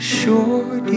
sure